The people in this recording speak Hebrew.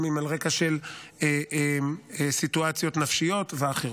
גם אם על רקע של סיטואציות נפשיות ואחרות.